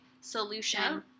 solution